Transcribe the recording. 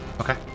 Okay